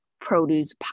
produce